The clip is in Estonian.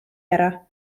ära